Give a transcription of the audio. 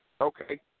Okay